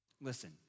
Listen